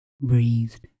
breathed